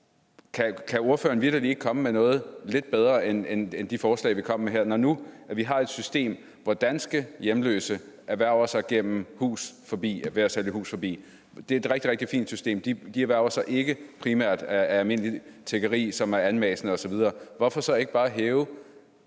at ordføreren ikke kan komme med noget lidt bedre end de forslag, der er kommet her. Vi har et system, hvor danske hjemløse har et erhverv ved at sælge »Hus Forbi«, og det er et rigtig, rigtig fint system. De beskæftiger sig ikke primært ved almindeligt tiggeri, som er anmassende osv., så hvorfor ikke bare hæve